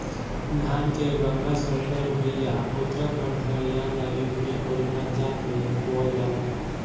धान के गंगा संकर बिया उत्तराखंड हरियाणा, यू.पी अउरी पंजाब में बोअल जाला